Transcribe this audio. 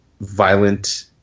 violent